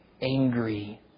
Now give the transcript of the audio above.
angry